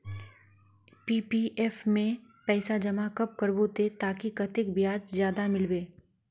PPF में पैसा जमा कब करबो ते ताकि कतेक ब्याज ज्यादा मिलबे?